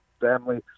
family